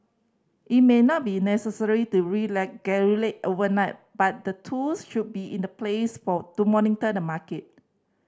it may not be necessary to overnight but the tools should be in the place for to monitor the market